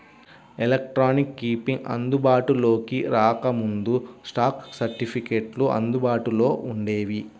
electronic keeping అందుబాటులోకి రాకముందు, stock సర్టిఫికెట్లు అందుబాటులో వుండేవి